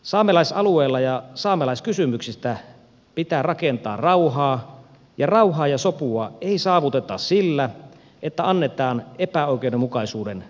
saamelaisalueella ja saamelaiskysymyksistä pitää rakentaa rauhaa ja rauhaa ja sopua ei saavuteta sillä että annetaan epäoikeudenmukaisuuden jatkua